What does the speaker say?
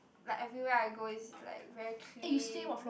like everywhere I go is like very clean